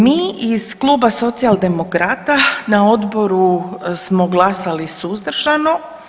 Mi iz Kluba Socijaldemokrata na odboru smo glasali suzdržano.